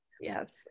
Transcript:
Yes